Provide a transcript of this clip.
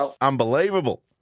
unbelievable